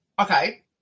okay